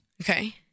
Okay